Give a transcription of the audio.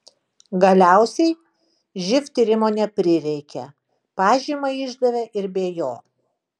galiausiai živ tyrimo neprireikė pažymą išdavė ir be jo